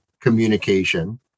communication